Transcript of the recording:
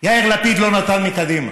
יאיר לפיד לא נתן מקדימה.